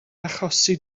achosi